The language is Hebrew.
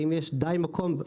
האם יש די מקום בגג.